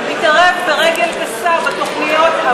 התערב ברגל גסה בתוכניות.